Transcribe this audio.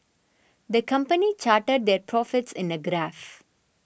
the company charted their profits in a graph